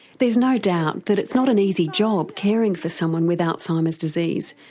there's no doubt that it's not an easy job caring for someone with alzheimer's disease.